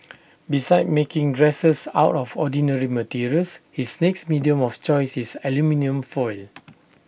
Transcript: besides making dresses out of ordinary materials his next medium of choice is aluminium foil